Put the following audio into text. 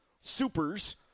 Supers